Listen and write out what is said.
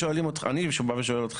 שואלים אותך, אני שואל אותך.